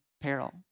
peril